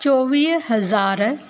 चोवीह हज़ार